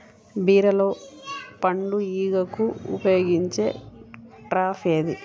బీరలో పండు ఈగకు ఉపయోగించే ట్రాప్ ఏది?